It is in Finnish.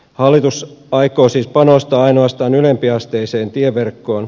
hallitus aikoo siis panostaa ainoastaan ylempiasteiseen tieverkkoon